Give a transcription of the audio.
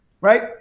right